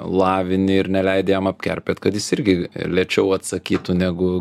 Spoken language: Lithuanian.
lavini ir neleidi jam apkerpėt kad jis irgi lėčiau atsakytų negu